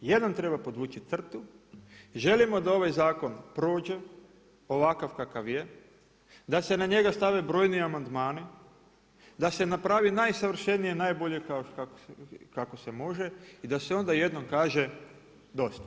Jednom treba podvući crtu, želimo da ovaj zakon prođe ovakav kakav je, da se na njega stave brojni amandmani, da se napravi najsavršenije i najbolje kako se može i da se onda jednom kaže dosta.